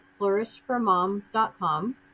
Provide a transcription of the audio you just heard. flourishformoms.com